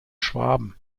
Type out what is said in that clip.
schwaben